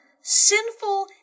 sinful